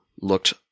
looked